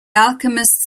alchemists